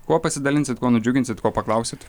kuo pasidalinsit kuo nudžiuginsit ko paklausit